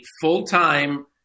full-time